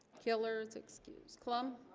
killer it's excused clumb